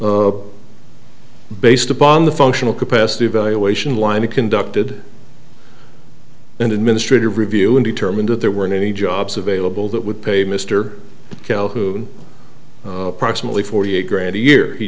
based upon the functional capacity evaluation lima conducted an administrative review and determined that there weren't any jobs available that would pay mr calhoun approximately forty eight grand a year he